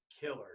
killer